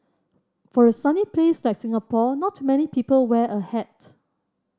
for a sunny place like Singapore not many people wear a hat